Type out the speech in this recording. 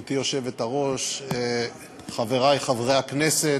גברתי היושבת-ראש, חברי חברי הכנסת,